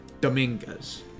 Dominguez